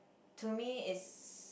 to me is